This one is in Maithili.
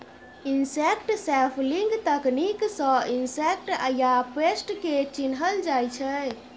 इनसेक्ट सैंपलिंग तकनीक सँ इनसेक्ट या पेस्ट केँ चिन्हल जाइ छै